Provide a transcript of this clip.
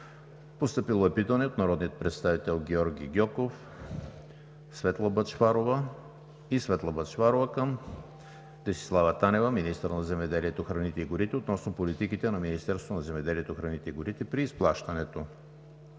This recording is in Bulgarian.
ноември 2019 г. от: - народните представители Георги Гьоков и Светла Бъчварова към Десислава Танева – министър на земеделието, храните и горите, относно политиките на Министерството на земеделието, храните и горите при изплащането